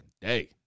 day